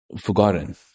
forgotten